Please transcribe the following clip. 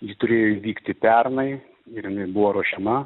ji turėjo įvykti pernai ir jinai buvo ruošiama